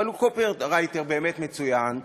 אבל הוא קופירייטר באמת מצוין.